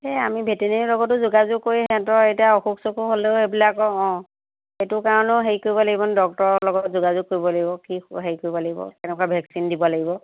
সেই আমি ভেটেনেৰীৰ লগতো যোগাযোগ কৰি সিহঁতৰ এতিয়া অসুখ চসুখ হ'লেও সেইবিলাকো অঁ সেইটো কাৰণেও হেৰি কৰিব লাগিব ন ডক্টৰৰ লগত যোগাযোগ কৰিব লাগিব কি হেৰি কৰিব লাগিব কেনেকুৱা ভেকচিন দিব লাগিব